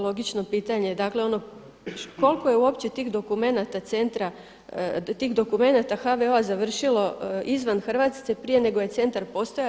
Logično pitanje je dakle ono koliko je uopće tih dokumenata centra, tih dokumenata HVO-a završilo izvan Hrvatske prije nego je centar postojao.